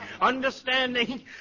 Understanding